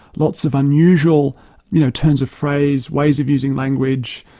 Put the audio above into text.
lots of unusual you know turns of phrase, ways of using language,